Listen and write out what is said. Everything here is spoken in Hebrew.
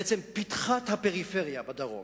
בעצם בפתחת הפריפריה בדרום.